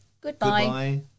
goodbye